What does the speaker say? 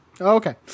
Okay